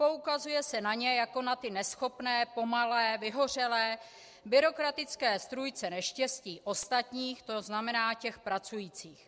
Poukazuje se na ně jako na ty neschopné, pomalé, vyhořelé, byrokratické strůjce neštěstí ostatních, to znamená těch pracujících.